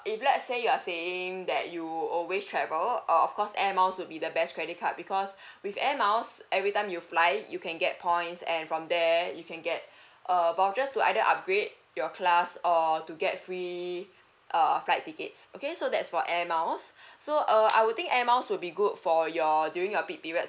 if let's say you are saying that you always travel uh of course Air Miles would be the best credit card because with Air Miles every time you fly you can get points and from there you can get err vouchers to either upgrade your class or to get free err flight tickets okay so that's for Air Miles so uh I would think Air Miles will be good for your during your peak period